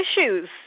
issues